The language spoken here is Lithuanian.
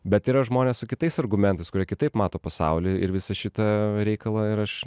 bet yra žmonės su kitais argumentais kurie kitaip mato pasaulį ir visą šitą reikalą ir aš